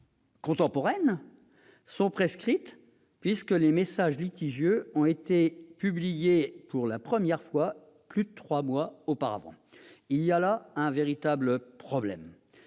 en étant contemporaines, sont prescrites, puisque les messages litigieux ont été publiés pour la première fois plus de trois mois auparavant. Il y a là un véritable problème.